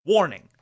Warning